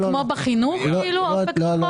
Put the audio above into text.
לא.